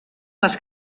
les